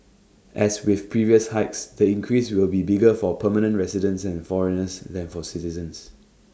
as with previous hikes the increase will be bigger for permanent residents and foreigners than for citizens